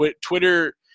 Twitter